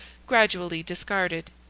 gradually discarded.